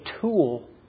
tool